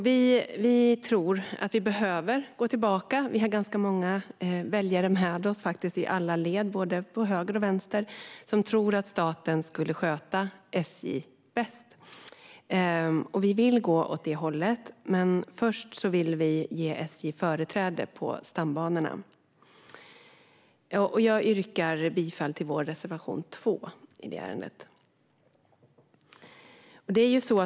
Vi tror att vi behöver gå tillbaka, och vi har ganska många väljare med oss i alla led, från både höger och vänster, som tror att staten skulle sköta SJ bäst. Vi vill gå åt det hållet, men först vill vi ge SJ företräde på stambanorna. Jag yrkar bifall till vår reservation 2 i det ärendet.